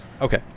Okay